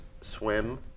swim